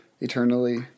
eternally